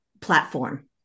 platform